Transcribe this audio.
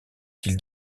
qu’il